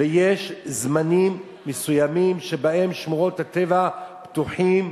ויש זמנים מסוימים שבהם שמורות הטבע פתוחות,